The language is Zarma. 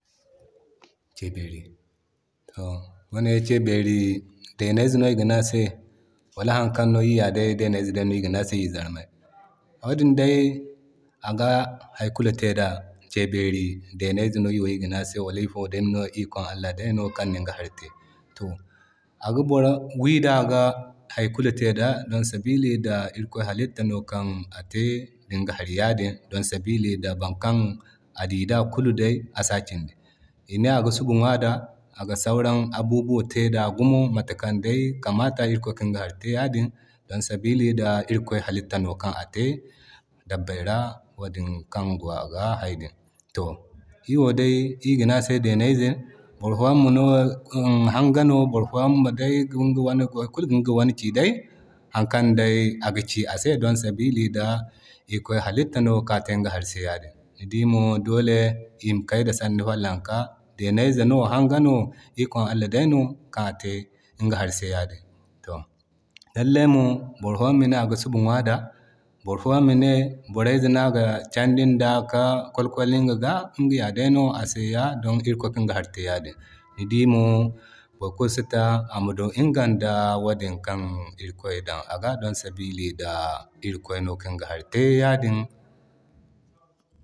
Kebeeri, Aho Kebeeri denay ze no iga ne ase wala hanŋkan no, iri ya dey denay ze no iri ga ne ase iri zarmey. Wadin day aga hari kulu te da, kebeeri denay ze day no iri ya ga ne a se, wala ifo day no ikon Allah day no kan aniga hari te. To aga boro wi da aga hari kulu te da don sabili da irikoy halitta no kan ate yadin, don sabili da boro kulu kan a dii da asa kindi. Ine aga subu ŋwa da aga sauran abubuwa te da gumo matakaŋ day kamata. Irikoy no na te yadin, don sabili da irikoy halitta no kan ate dabbey ra, wadin kan go a ga haydin. To iri wo dey ga ne ase dannayze, boro fo yan ga ne hanga no, boro foyanma day boro kulu ga ŋga wane ki day, hari kan day aga ci a se don sabili da irikoy halitta no kan ate ŋga hari se yaadin. Ni dimo dole ima kay da sani follanka. Dannayze no hanga no ikon allah day no kan ate ŋga hari se yadin. To lallai mo boro yaŋ ga ne aga subu ŋwa da, boro foyaŋ ga ne borayze no aga candin da ka kwalkwalin iŋga ga, ŋga yaday no ase ya. Ni diimo boro kulu sita ama du ŋgan da wadin kan irikoy dan aga don sabilin da irikoy no kan ga hari te yaadin